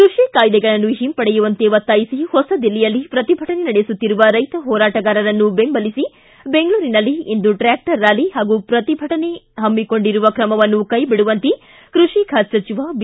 ಕೃಷಿ ಕಾಯ್ನೆಗಳನ್ನು ಹಿಂಪಡೆಯುವಂತೆ ಒತ್ತಾಯಿಸಿ ಹೊಸದಿಲ್ಲಿಯಲ್ಲಿ ಪ್ರತಿಭಟನೆ ನಡೆಸುತ್ತಿರುವ ರೈತ ಹೋರಾಟಗಾರರನ್ನು ಬೆಂಬಲಿಸಿ ಬೆಂಗಳೂರಿನಲ್ಲಿ ಇಂದು ಟ್ರಾಕ್ಷರ್ ರ್ಕಾಲಿ ಹಾಗೂ ಪ್ರತಿಭಟನೆ ಹಮ್ಮಿಕೊಂಡಿರುವ ಕ್ರಮವನ್ನು ಕೈಬಿಡುವಂತೆ ಕೃಷಿ ಖಾತೆ ಸಚಿವ ಬಿ